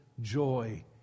joy